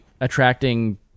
attracting